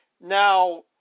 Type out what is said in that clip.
Now